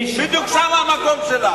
בדיוק שמה המקום שלה.